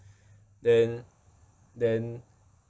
then then